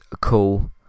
Cool